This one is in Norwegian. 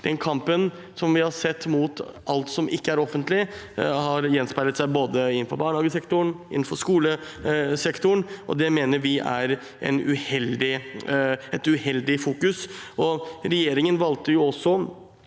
Den kampen som vi har sett mot alt som ikke er offent lig, har gjenspeilet seg både innenfor barnehagesektoren og skolesektoren, og det mener vi er et uheldig fokus. Regjeringen valgte også